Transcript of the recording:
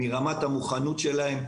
מרמת המוכנות שלהם,